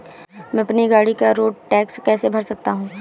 मैं अपनी गाड़ी का रोड टैक्स कैसे भर सकता हूँ?